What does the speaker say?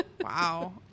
wow